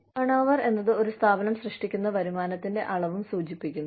turnover എന്നത് ഒരു സ്ഥാപനം സൃഷ്ടിക്കുന്ന വരുമാനത്തിന്റെ അളവും സൂചിപ്പിക്കുന്നു